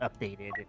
updated